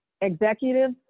executive